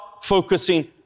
focusing